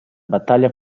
battaglia